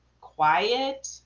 quiet